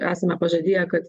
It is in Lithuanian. esame pažadėję kad